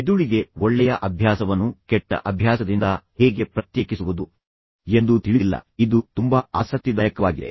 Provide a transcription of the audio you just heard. ಮೆದುಳಿಗೆ ಒಳ್ಳೆಯ ಅಭ್ಯಾಸವನ್ನು ಕೆಟ್ಟ ಅಭ್ಯಾಸದಿಂದ ಹೇಗೆ ಪ್ರತ್ಯೇಕಿಸುವುದು ಎಂದು ತಿಳಿದಿಲ್ಲ ಇದು ತುಂಬಾ ಆಸಕ್ತಿದಾಯಕವಾಗಿದೆ